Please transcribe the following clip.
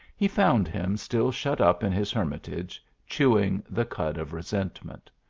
he found him still shut up in his hermitage, chewing the cud of resentment.